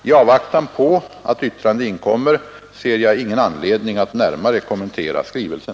I avvaktan på att yttrande inkommer ser jag ingen anledning att närmare kommentera skrivelsen.